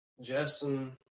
Justin